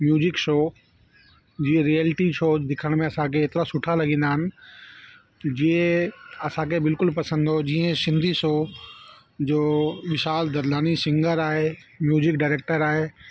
music show जीअं reality show ॾिसण में असांखे एतिरा सुठा लगंदा आहिनि जीअं असांखे बिल्कुलु पसंदि जीअं सिंधी शो जो विशाल ददलानी सिंगर आहे म्यूजिक डायरेक्टर आहे